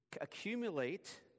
accumulate